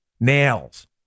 Nails